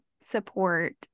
support